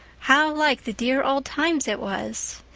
how like the dear old times it was!